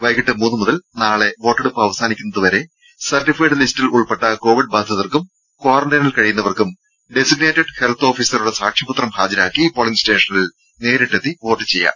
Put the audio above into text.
വൈകിട്ട് മൂന്നുമുതൽ നാളെ വോട്ടെടുപ്പ് അവസാനിക്കുന്നതുവരെ സർട്ടിഫൈഡ് ലിസ്റ്റിൽ ഉൾപ്പെട്ട കോവിഡ് ബാധിതർക്കും ക്വാറന്റൈനിൽ കഴിയുന്നവർക്കും ഡെസിഗ്നേറ്റഡ് ഹെൽത്ത് ഓഫീസറുടെ സാക്ഷ്യപത്രം ഹാജരാക്കി പോളിംഗ് സ്റ്റേഷനിൽ നേരിട്ടെത്തി വോട്ട് ചെയ്യാം